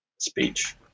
speech